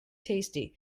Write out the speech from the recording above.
tasty